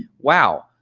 wow!